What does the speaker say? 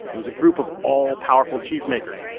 it was a group of all-powerful cheesemakers.